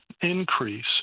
increase